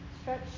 stretch